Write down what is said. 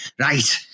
Right